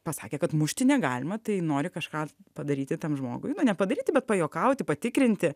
pasakė kad mušti negalima tai nori kažką padaryti tam žmogui na ne padaryti bet pajuokauti patikrinti